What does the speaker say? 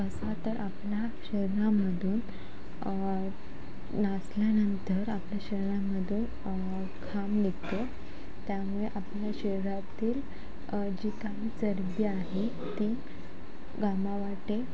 कसा तर आपल्या शरीरामधून नाचल्यानंतर आपल्या शरीरामधून घाम निघतो त्यामुळे आपल्या शरीरातील जी काही चरबी आहे ती घामावाटे